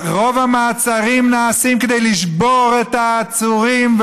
רוב המעצרים נעשים כדי לשבור את העצורים,